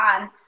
on